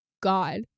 God